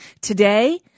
Today